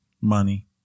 Money